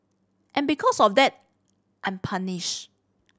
and because of that I'm punish